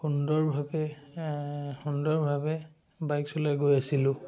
সুন্দৰভাৱে সুন্দৰভাৱে বাইক চলাই গৈ আছিলোঁ